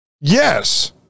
Yes